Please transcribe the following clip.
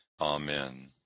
AMEN